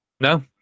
no